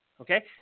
Okay